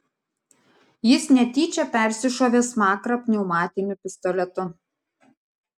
jis netyčia persišovė smakrą pneumatiniu pistoletu